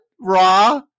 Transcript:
raw